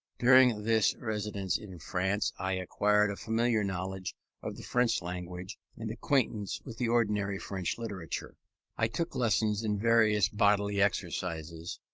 during this residence in france i acquired a familiar knowledge of the french language, and acquaintance with the ordinary french literature i took lessons in various bodily exercises,